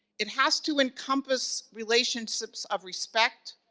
it has to encompass relationships of respect,